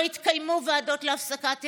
לא יתקיימו ועדות להפסקת היריון,